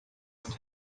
but